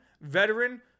veteran